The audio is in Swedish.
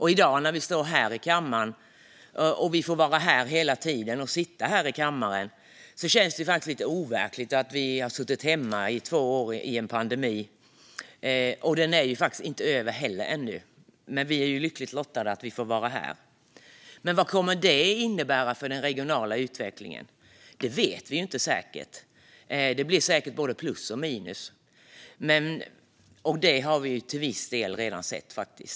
I dag när vi står här i kammaren igen och vi får vara här hela tiden känns det lite overkligt att vi under två år har suttit hemma på grund av en pandemi, även om den ännu inte är över. Vi är lyckligt lottade som får vara här. Vad kommer det här att innebära för den regionala utvecklingen? Det vet vi inte säkert. Det blir säkert både plus och minus, och det har vi till viss del redan sett. Herr talman!